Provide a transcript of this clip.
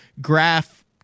graph